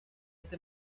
este